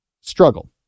struggle